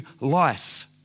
life